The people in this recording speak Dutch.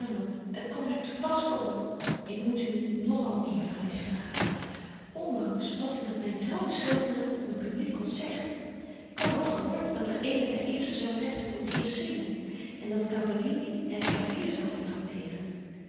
het kon u te pas komen ik moet u nog al meer fraais verhalen onlangs was ik met myn trouwen schildknaap op een publiek concert coo hadt gehoort dat er eene der eerste zangeressen voor t eerst betje wolff en aagje deken historie van mejuffrouw sara burgerhart zingen en dat cavalini het clavier zoude tracteeren